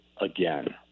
again